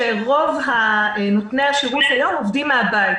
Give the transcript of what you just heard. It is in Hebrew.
שם רוב נותני השירות היום עובדים מן הבית,